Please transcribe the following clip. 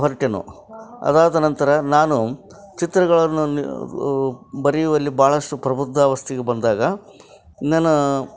ಹೊರಟೆನು ಅದಾದ ನಂತರ ನಾನು ಚಿತ್ರಗಳನ್ನು ಬರೆಯುವಲ್ಲಿ ಬಹಳಷ್ಟು ಪ್ರಬುದ್ಧಾವಸ್ತೆಗೆ ಬಂದಾಗ ನಾನು